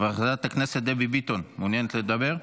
חברת הכנסת דבי ביטון, מעוניינת לדבר?